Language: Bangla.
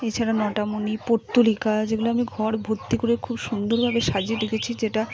এ ছাড়া মোটামুনি পর্তুলিকা যেগুলি আমি ঘর ভর্তি করে খুব সুন্দর ভাবে সাজিয়ে রেখেছি যেটা